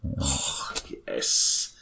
Yes